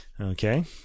Okay